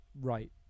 Right